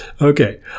Okay